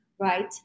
right